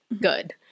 good